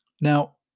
Now